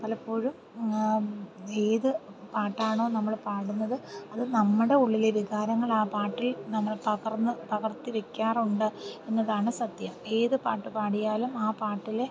പലപ്പോഴും ഏത് പാട്ടാണോ നമ്മൾ പാടുന്നത് അത് നമ്മുടെ ഉള്ളിലെ വികാരങ്ങളാ പാട്ടിൽ നമ്മൾ പകർന്ന് പകർത്തി വെയ്ക്കാറുണ്ട് എന്നതാണ് സത്യം ഏതു പാട്ട് പാടിയാലും ആ പാട്ടിലെ